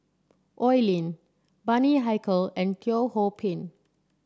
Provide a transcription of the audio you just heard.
Oi Lin Bani Haykal and Teo Ho Pin